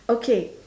okay